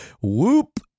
Whoop